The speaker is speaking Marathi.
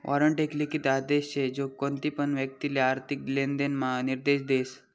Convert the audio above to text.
वारंट एक लिखित आदेश शे जो कोणतीपण व्यक्तिले आर्थिक लेनदेण म्हा निर्देश देस